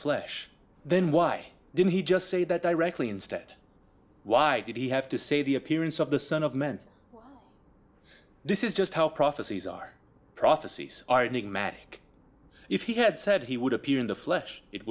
flesh then why didn't he just say that directly instead why did he have to say the appearance of the son of men this is just how prophecies are prophecies are doing magic if he had said he would appear in the flesh it